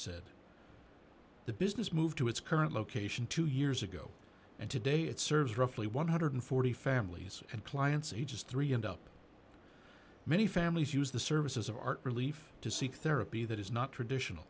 said the business moved to its current location two years ago and today it serves roughly one hundred and forty families and clients ages three and up many families use the services of art relief to seek therapy that is not traditional